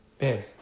Man